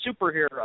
superhero